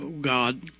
God